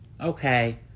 okay